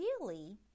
ideally